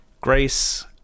Grace